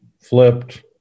Flipped